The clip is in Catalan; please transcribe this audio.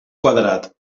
quadrat